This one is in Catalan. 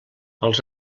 els